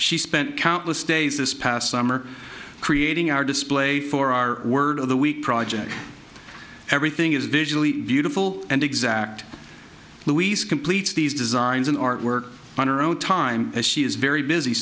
she spent countless days this past summer creating our display for our word of the week project everything is visually beautiful and exact louise completes these designs and artwork on her own time as she is very busy